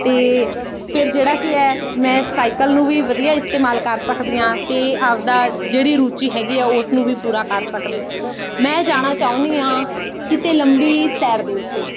ਅਤੇ ਫਿਰ ਜਿਹੜਾ ਕਿ ਮੈਂ ਸਾਈਕਲ ਨੂੰ ਵੀ ਵਧੀਆ ਇਸਤੇਮਾਲ ਕਰ ਸਕਦੀ ਹਾਂ ਅਤੇ ਆਪਦਾ ਜਿਹੜੀ ਰੁਚੀ ਹੈਗੀ ਆ ਉਸ ਨੂੰ ਵੀ ਪੂਰਾ ਕਰ ਸਕਦੀ ਹਾਂ ਮੈਂ ਜਾਣਾ ਚਾਹੁੰਦੀ ਹਾਂ ਕਿਤੇ ਲੰਬੀ ਸੈਰ ਦੇ ਉੱਤੇ